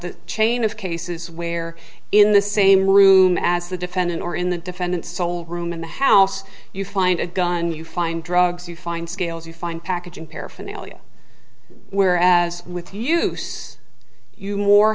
the chain of cases where in the same room as the defendant or in the defendant's sole room in the house you find a gun you find drugs you find scales you find packaging paraphernalia where as with use you more